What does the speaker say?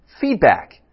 feedback